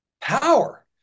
power